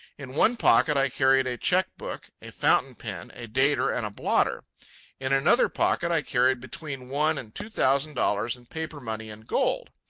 in one pocket i carried a cheque-book, a fountain-pen, a dater, and a blotter in another pocket i carried between one and two thousand dollars in paper money and gold.